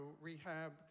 rehab